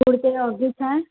कुरिते जो अघु छा आहे